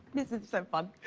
this is so fun!